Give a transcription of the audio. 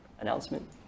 announcement